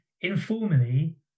informally